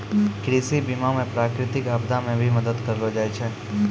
कृषि बीमा मे प्रकृतिक आपदा मे भी मदद करलो जाय छै